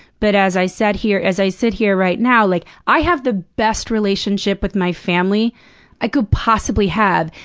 but as i set here as i sit here right now, like, i have the best relationship with my family i could possibly have.